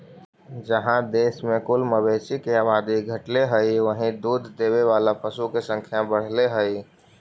जहाँ देश में कुल मवेशी के आबादी घटले हइ, वहीं दूध देवे वाला पशु के संख्या बढ़ले हइ